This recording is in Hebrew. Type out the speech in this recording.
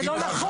זה לא נכון.